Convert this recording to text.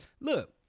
Look